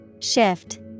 Shift